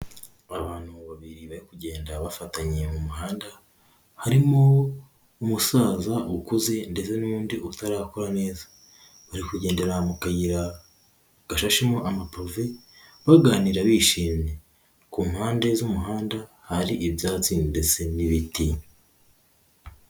Abantu babiri bari kugenda bafatanye mu muhanda, harimo umusaza ukuze ndetse n'undi utarakura neza. Bari kugendera mu kayira gashashemo amapave, baganira bishimye. Ku mpande z'umuhanda hari ibyatsi ndetse n'ibiti.